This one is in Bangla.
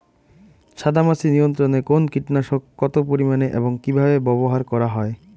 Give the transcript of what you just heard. সাদামাছি নিয়ন্ত্রণে কোন কীটনাশক কত পরিমাণে এবং কীভাবে ব্যবহার করা হয়?